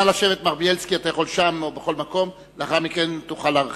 מר בילסקי, לאחר מכן תוכל להרחיב.